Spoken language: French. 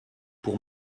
pour